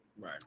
Right